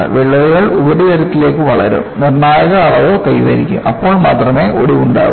വിള്ളലുകൾ ഉപരിതലത്തിൽ വളരും നിർണായക അളവ് കൈവരിക്കും അപ്പോൾ മാത്രമേ ഒടിവുണ്ടാകൂ